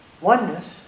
oneness